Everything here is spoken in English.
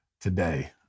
today